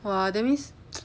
!wah! that means